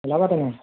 ওলাবা তেনে